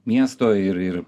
miesto ir ir